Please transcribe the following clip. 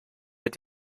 mit